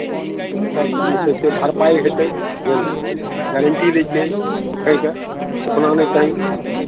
ओकर जे छै से भरपाइ हेतै बुझलियै गारंटी लै छियै सूखयके सूखना नहि चाही